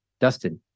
Dustin